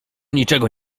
niczego